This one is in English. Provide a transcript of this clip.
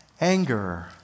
anger